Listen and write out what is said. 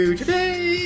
today